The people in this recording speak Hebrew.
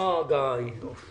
הארכת הוראת השעה תשפיע